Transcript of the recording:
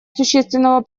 существенного